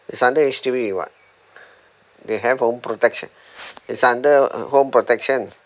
it's under H_D_B [what] they have home protection it's under uh home protection